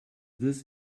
this